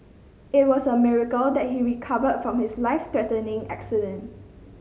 it was a miracle that he recovered from his life threatening accident